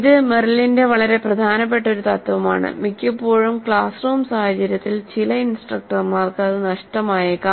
ഇത് മെറിലിന്റെ വളരെ പ്രധാനപ്പെട്ട ഒരു തത്വമാണ് മിക്കപ്പോഴും ക്ലാസ് റൂം സാഹചര്യത്തിൽ ചില ഇൻസ്ട്രക്ടർമാർക്ക് അത് നഷ്ടമായേക്കാം